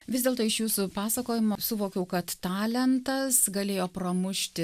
vis dėlto iš jūsų pasakojimo suvokiau kad talentas galėjo pramušti